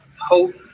hope